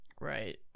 right